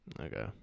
Okay